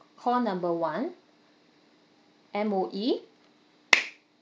call number one M_O_E